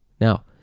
now